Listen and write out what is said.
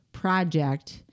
project